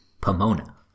Pomona